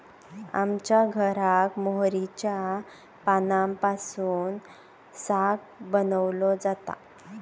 आमच्या घराक मोहरीच्या पानांपासून साग बनवलो जाता